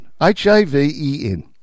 H-A-V-E-N